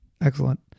Excellent